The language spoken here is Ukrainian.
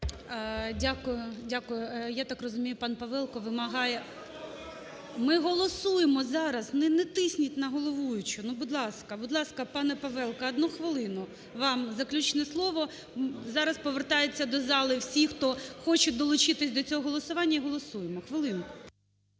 дякую. Я так розумію, пан Павелко вимагає? Ми голосуємо зараз, не тисніть на головуючу, ну, будь ласка. Будь ласка, пане Павелко, одну хвилину вам заключне слово. Зараз повертаються до залу і всі, хто хочуть долучитись до цього залу і голосуємо. Хвилину.